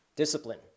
Discipline